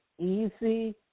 easy